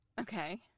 Okay